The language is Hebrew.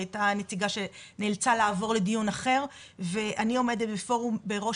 היא הייתה הנציגה שנאלצה לעבור לדיון אחר ואני עומדת בראש